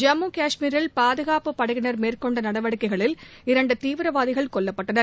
ஜம்மு காஷ்மீரில் பாதுகாப்பு படையினர் மேற்கொண்ட நடவடிக்கைகளில் இரண்டு தீவிரவாதிகள் கொல்லப்பட்டனர்